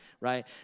right